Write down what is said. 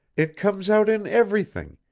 it comes out in everything,